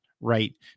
right